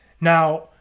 Now